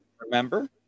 remember